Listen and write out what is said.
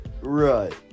Right